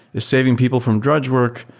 is saving people from drudge work.